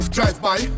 Drive-by